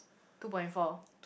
two point four